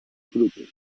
frutos